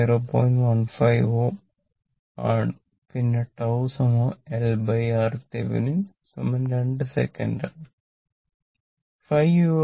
15 Ω ആണ് പിന്നെ τ LRThevenin 2 second ആണ്